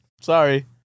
Sorry